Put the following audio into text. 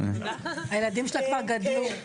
הילדים שלה כבר גדלו.